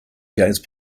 gaze